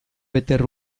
bete